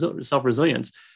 self-resilience